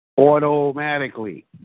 Automatically